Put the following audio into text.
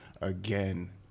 Again